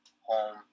home